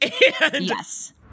Yes